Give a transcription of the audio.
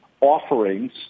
offerings –